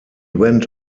went